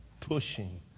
Pushing